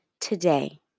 today